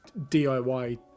DIY